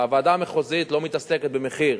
הוועדה המחוזית לא מתעסקת במחיר,